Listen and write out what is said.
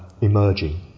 emerging